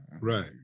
Right